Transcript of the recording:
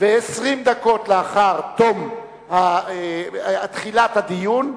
ו-20 דקות לאחר תחילת הדיון,